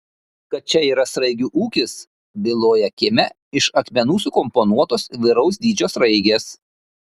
kad čia yra sraigių ūkis byloja kieme iš akmenų sukomponuotos įvairaus dydžio sraigės